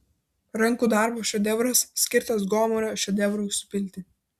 rankų darbo šedevras skirtas gomurio šedevrui supilti